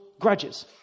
grudges